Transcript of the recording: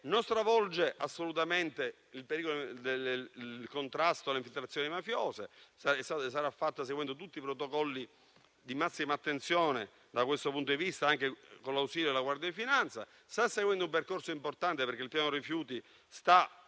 Non stravolge assolutamente il contrasto alle infiltrazioni mafiose. E sarà fatta seguendo tutti i protocolli di massima attenzione da questo punto di vista, anche con l'ausilio della Guardia di finanza. Sta seguendo un percorso importante, perché il piano rifiuti sta